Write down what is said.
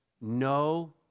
No